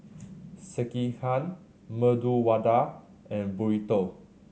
Sekihan Medu Vada and Burrito